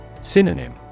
synonym